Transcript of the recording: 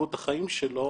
איכות החיים שלו.